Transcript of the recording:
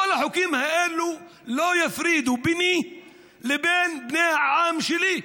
כל החוקים האלה לא יפרידו ביני לבין בני העם שלי,